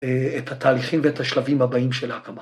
‫את התהליכים ‫ואת השלבים הבאים של ההקמה.